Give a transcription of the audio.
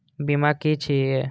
बीमा की छी ये?